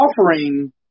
offering